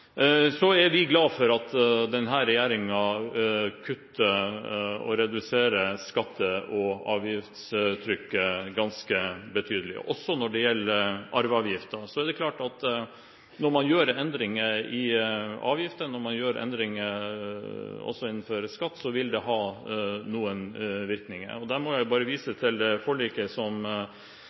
er glad for at denne regjeringen reduserer skatte- og avgiftstrykket ganske betydelig, også når det gjelder arveavgiften. Så er det klart at når man gjør endringer i avgifter, når man gjør endringer også innenfor skatt, vil det ha noen virkninger. Der må jeg bare vise til det forliket som